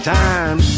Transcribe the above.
time